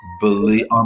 believe